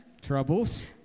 Troubles